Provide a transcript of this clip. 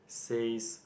says